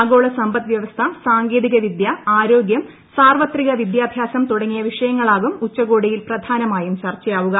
ആഗോള സമ്പദ്വൃവസ്ഥ സാങ്കേതികവിദൃ ആരോഗൃം സാർവത്രിക വിദൃാഭൃാസം തുടങ്ങിയ വിഷയങ്ങളാകും ഉച്ചകോടിയിൽ പ്രധാനമായും ചർച്ചയാവുക